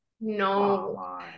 No